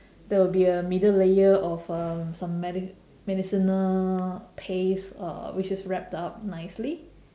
there would be a middle layer of um some medi~ medicinal paste uh which is wrapped up nicely